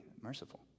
merciful